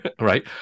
Right